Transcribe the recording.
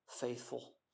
faithful